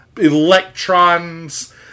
electrons